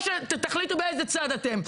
תחליטו באיזה צד אתם.